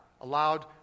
allowed